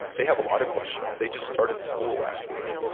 they have a lot of questions. they just started school last week.